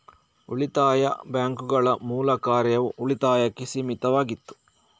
ಉಳಿತಾಯ ಬ್ಯಾಂಕುಗಳ ಮೂಲ ಕಾರ್ಯವು ಉಳಿತಾಯಕ್ಕೆ ಸೀಮಿತವಾಗಿತ್ತು